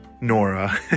Nora